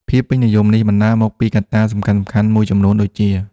ភាពពេញនិយមនេះបណ្ដាលមកពីកត្តាសំខាន់ៗមួយចំនួនដូចជា៖